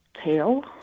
tail